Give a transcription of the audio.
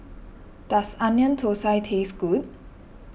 does Onion Thosai taste good